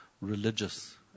religious